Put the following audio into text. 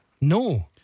No